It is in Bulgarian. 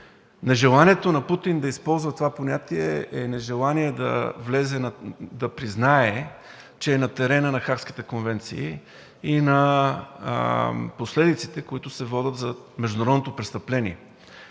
Нежеланието на Путин да използва това понятие е нежелание да признае, че е на терена на хагските конвенции и на последиците, които се водят за международното престъпление,